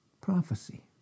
prophecy